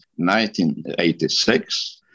1986